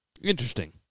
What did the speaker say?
Interesting